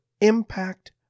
impact